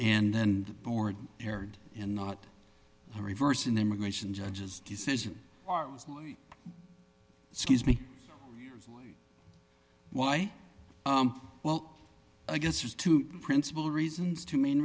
and then the board erred and not to reverse an immigration judge's decision scuse me why well i guess there's two principal reasons two main